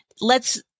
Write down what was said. lets